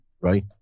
right